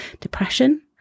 depression